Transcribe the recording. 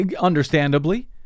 understandably